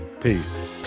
Peace